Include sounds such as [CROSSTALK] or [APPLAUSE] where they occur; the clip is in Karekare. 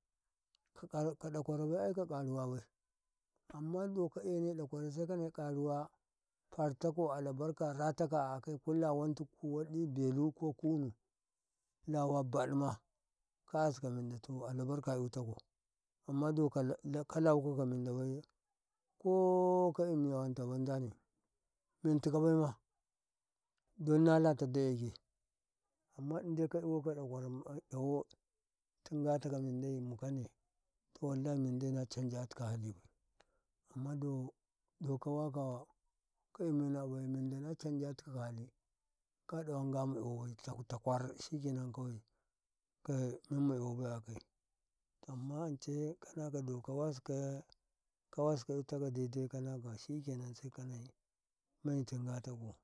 [UNINTELLIGIBLE] ka ɗokwora wa eka ƙaruwa wai amma doka "yene ɗokwora sai kana ƙaruwa korta ko albarka la taka akai ku lawon tukuku wadi belu ko kuni lawa ba dama ka aska mem to albarka itako amma do kala wuka ka men da bai ye ko ka i miya wonta banzane men ti ka baima don ndatadaye ke amma doka ika dokwora ma "ya wau tin ga takau men dai mu kane to wallahi min dai na choriga ti ka hali amma do-doka waki i mena a bai na chanjataka hali ka ɗawa ngam "yal bai a-a kai to ammana do wasi kau itaka da dai ye shikenan kawai metin gotako